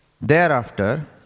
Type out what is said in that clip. Thereafter